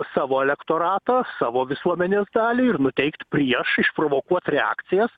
savo elektoratą savo visuomenės dalį ir nuteikt prieš išprovokuot reakcijas